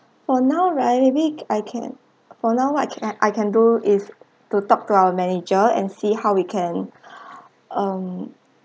for now right maybe I can for now I can I can do is to talk to our manager and see how we can um